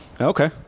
Okay